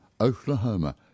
Oklahoma